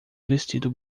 vestindo